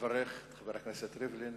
מברך את חבר הכנסת ריבלין,